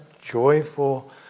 joyful